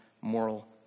moral